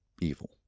evil